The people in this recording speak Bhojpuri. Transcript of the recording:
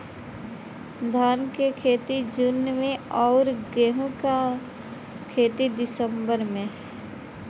धान क खेती जून में अउर गेहूँ क दिसंबर में?